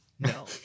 no